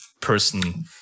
person